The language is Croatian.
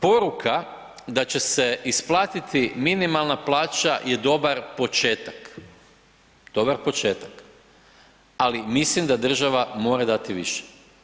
Poruka da će se isplatiti minimalna plaća je dobar početak, dobar početak, ali mislim da država mora dati više.